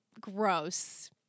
Gross